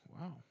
Wow